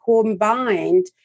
combined